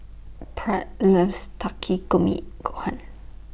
Pratt loves Takikomi Gohan